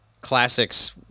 classics